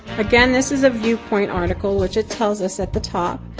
again this is a viewpoint article which it tells us at the top.